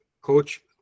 coach